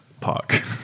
park